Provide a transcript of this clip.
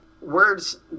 Words